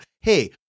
Hey